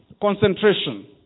concentration